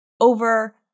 Over